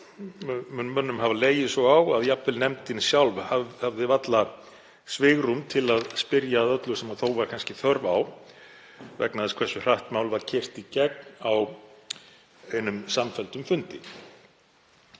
mun mönnum hafi legið svo á að jafnvel nefndin sjálf hafði varla svigrúm til að spyrja að öllu sem þó var kannski þörf á vegna þess hversu hratt málið var keyrt í gegn á einum samfelldum fundi.